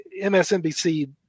MSNBC